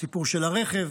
הסיפור של הרכב.